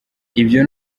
ibyo